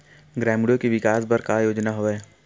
ग्रामीणों के विकास बर का योजना हवय?